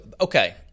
Okay